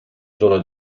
sole